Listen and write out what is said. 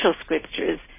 scriptures